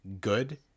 good